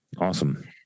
Awesome